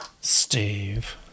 Steve